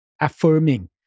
affirming